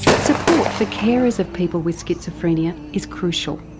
support for carers of people with schizophrenia is crucial,